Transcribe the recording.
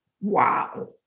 Wow